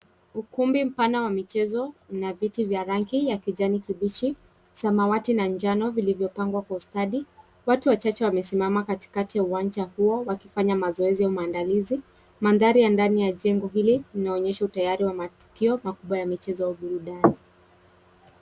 Ukumbi mpana wa michezo lina viti vya rangi ya kijani kibichi , samawati na njano vilivyopangwa kwa ustadi. Watu wachache wamesimama katikati ya uwanja huo wakifanya mazoezi maandalizi. Mandhari ya ndani ya jengo hili inaonyesha utayari wa matukio makubwa ya michezo au burudani.